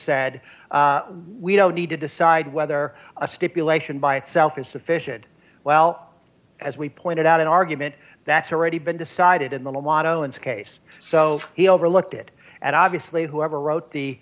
said we don't need to decide whether a stipulation by itself is sufficient well as we pointed out an argument that's already been decided in the lotto ins case so he overlooked it and obviously whoever wrote the